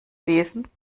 lesen